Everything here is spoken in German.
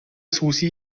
susi